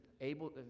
able